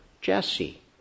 Jesse